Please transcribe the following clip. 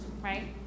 right